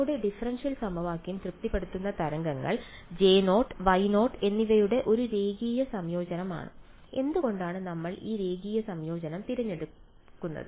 നമ്മുടെ ഡിഫറൻഷ്യൽ സമവാക്യം തൃപ്തിപ്പെടുത്തുന്ന തരംഗങ്ങൾ J നോട്ട് Y നോട്ട് എന്നിവയുടെ ഒരു രേഖീയ സംയോജനമാണ് എന്തുകൊണ്ടാണ് നമ്മൾ ആ രേഖീയ സംയോജനം തിരഞ്ഞെടുത്തത്